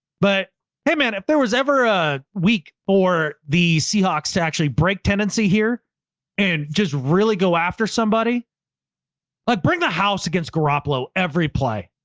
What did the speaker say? but hey man, if there was ever a week or the seahawks actually break tendency here and just really go after somebody like bring the house against garappolo every play.